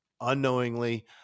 unknowingly